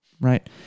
right